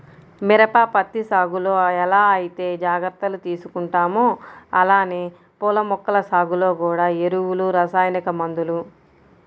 మిరప, పత్తి సాగులో ఎలా ఐతే జాగర్తలు తీసుకుంటామో అలానే పూల మొక్కల సాగులో గూడా ఎరువులు, రసాయనిక మందులు